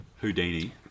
Houdini